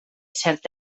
cert